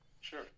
sure